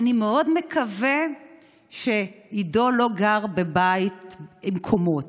אני מאוד מקווה שעידו לא גר בבית עם קומות.